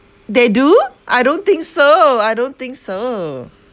they do I don't think so I don't think so